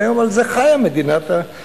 אבל היום על זה חיה מדינת היהודים.